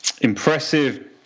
impressive